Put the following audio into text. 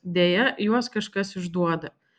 deja juos kažkas išduoda